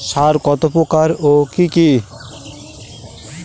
সার কত প্রকার ও কি কি?